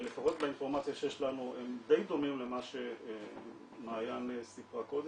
לפחות באינפורמציה שיש לנו הם די דומים למה שמעניין סיפרה קודם.